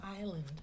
island